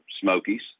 Smokies